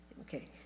okay